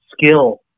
skill